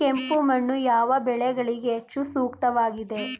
ಕೆಂಪು ಮಣ್ಣು ಯಾವ ಬೆಳೆಗಳಿಗೆ ಹೆಚ್ಚು ಸೂಕ್ತವಾಗಿದೆ?